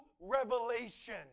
revelation